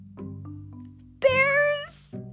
Bear's